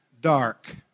dark